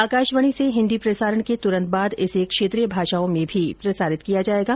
आकाशवाणी से हिन्दी प्रसारण के तुरन्त बाद इसे क्षेत्रीय भाषाओं में भी प्रसारित किया जाएगा